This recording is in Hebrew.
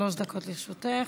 שלוש דקות לרשותך.